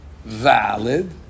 Valid